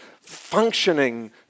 functioning